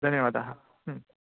धन्यवादाः